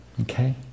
Okay